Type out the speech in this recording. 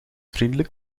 vriendelijk